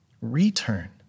Return